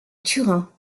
turin